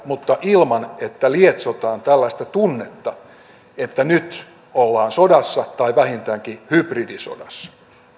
mutta ilman että lietsotaan tällaista tunnetta että nyt ollaan sodassa tai vähintäänkin hybridisodassa